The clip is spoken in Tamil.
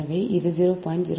எனவே இது 0